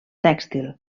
tèxtil